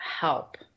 help